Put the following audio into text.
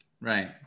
Right